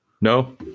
No